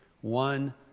one